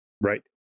Right